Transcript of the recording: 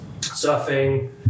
surfing